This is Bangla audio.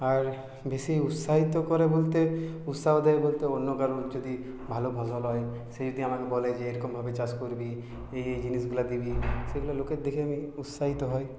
আর বেশি উৎসাহিত করে বলতে উৎসাহ দেয় বলতে অন্য কারোর যদি ভালো ফসল হয় সে যদি আমাকে বলে যে এইরকমভাবে চাষ করবি এই এই জিনিসগুলা দিবি সেগুলো লোকের দেখে আমি উৎসাহিত হই